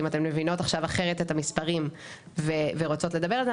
אם אתן מבינות עכשיו אחרת את המספרים ורוצות לדבר על זה,